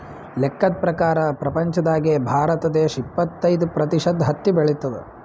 ಲೆಕ್ಕದ್ ಪ್ರಕಾರ್ ಪ್ರಪಂಚ್ದಾಗೆ ಭಾರತ ದೇಶ್ ಇಪ್ಪತ್ತೈದ್ ಪ್ರತಿಷತ್ ಹತ್ತಿ ಬೆಳಿತದ್